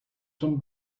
some